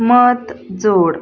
मत जोड